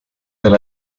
del